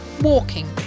Walking